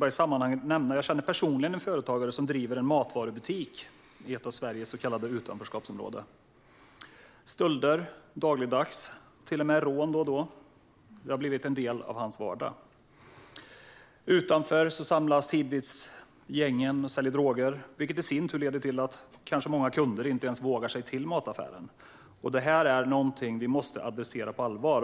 för svaret. Jag känner personligen en företagare som driver en matvarubutik i ett av Sveriges så kallade utanförskapsområden. Stölder dagligdags och till och med rån då och då har blivit en del av hans vardag. Utanför samlas tidvis gäng och säljer droger, vilket i sin tur kan leda till att många kunder inte vågar sig till mataffären. Detta är något vi måste adressera på allvar.